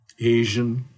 Asian